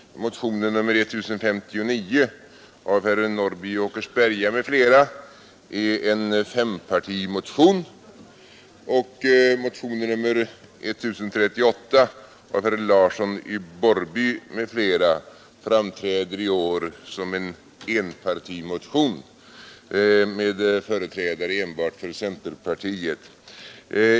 Motionen 1059 av herrar Norrby i Åkersberga m.fl. är en fempartimotion, och motionen 1038 av herr Larsson i Borrby m.fl. framträder i år som en enpartimotion med företrädare enbart för centerpartiet.